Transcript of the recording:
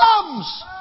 comes